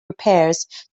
repairs